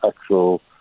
actual